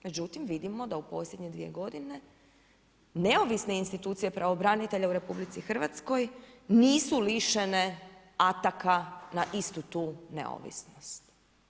Međutim vidimo da u posljednje 2 g. neovisne institucije pravobranitelja u RH nisu lišene ataka na istu tu neovisnost.